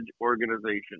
Organization